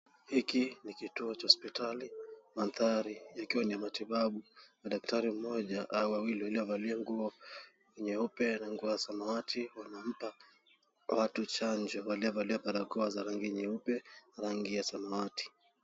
Hiki ni kituo cha hospitali, mandhari ikiwa ni ya matibabu. Daktari mmoja au wawili waliovalia nguo nyeupe kwa samawati wanampa watu chanjo waliovalia barakoa za rangi nyeupe na rangi ya samawati.